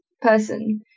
person